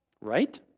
Right